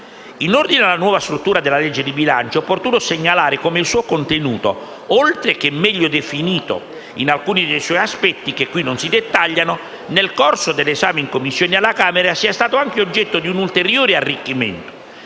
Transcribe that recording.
In ordine alla nuova struttura della legge di bilancio è opportuno segnalare come il suo contenuto, oltre che meglio definito in alcuni dei suoi aspetti che qui non si dettagliano, nel corso dell'esame in Commissione alla Camera sia stato anche oggetto di un ulteriore arricchimento,